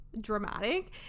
dramatic